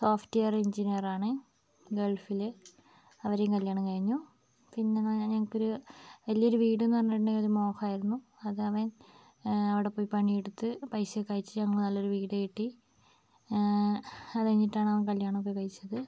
software engineer ആണ് ഗൾഫിൽ അവരേം കല്യാണം കഴിഞ്ഞു പിന്നെ എന്ന് പറഞ്ഞാൽ ഞങ്ങൾക്കൊരു വലിയ ഒരു വീടെന്ന് പറഞ്ഞിട്ടുണ്ടെങ്കിൽ ഒരു മോഹമായിരുന്നു അതവൻ അവിടെ പോയി പണിയെടുത്ത് പൈസയൊക്കെ അയച്ച് ഞങ്ങൾ നല്ലൊരു വീട് കെട്ടി അത് കഴിഞ്ഞിട്ടാണവൻ കല്യാണമൊക്കെ കഴിച്ചത്